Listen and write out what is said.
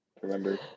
Remember